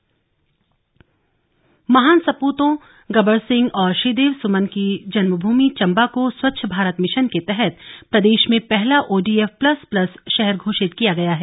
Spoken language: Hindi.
चंबा ओडीएफ फ्री महान सपूतों गबर सिंह और श्रीदेव सुमन की जन्म भूमि चम्बा को स्वच्छ भारत भिशन के तहत प्रदेश में पहला ओडीएफ प्लस प्लस शहर घोषित किया गया है